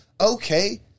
Okay